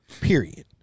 Period